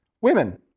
women